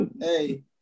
Hey